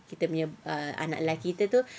kita punya anak lelaki tu tu